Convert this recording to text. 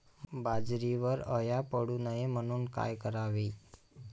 बाजरीवर अळ्या पडू नये म्हणून काय करावे?